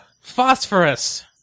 phosphorus